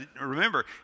Remember